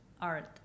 Art